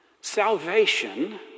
Salvation